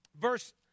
verse